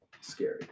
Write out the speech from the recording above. scary